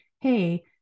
hey